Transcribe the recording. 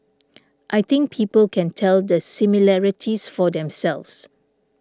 I think people can tell the similarities for themselves